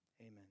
Amen